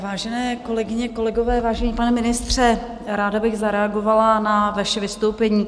Vážené kolegyně, kolegové, vážený pane ministře, ráda bych zareagovala na vaše vystoupení.